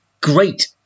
great